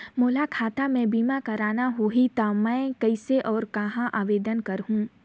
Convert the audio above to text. मोला खाता मे बीमा करना होहि ता मैं कइसे और कहां आवेदन करहूं?